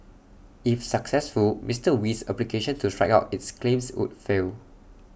if successful Mister Wee's application to strike out its claims would fail